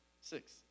Six